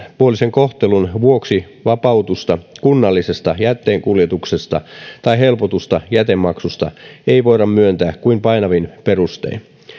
kohtelun vuoksi vapautusta kunnallisesta jätteenkuljetuksesta tai helpotusta jätemaksusta ei voida myöntää kuin painavin perustein